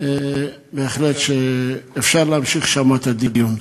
בהחלט אפשר להמשיך שם את הדיון.